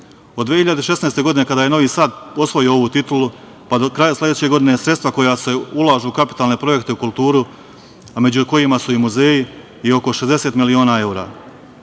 2016. godine kada je Novi Sad osvojio ovu titulu, pa do kraja sledeće godine, sredstva koja se ulažu u kapitalne projekte u kulturi, a među kojima su i muzeji je oko 60 miliona evra.